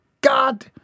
God